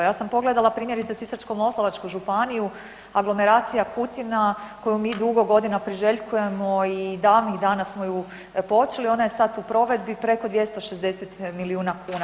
Ja sam pogledala primjerice Sisačko-moslavačku županiju, aglomeracija Kutina koju mi dugo godina priželjkujemo i davnih dana smo ju počeli, ona je sad u provedbi preko 260 milijuna kuna.